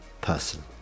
person